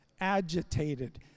agitated